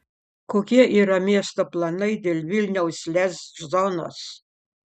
kokie yra miesto planai dėl vilniaus lez zonos